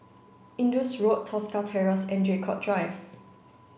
Indus Road Tosca Terrace and Draycott Drive